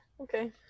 okay